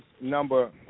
number